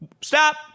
stop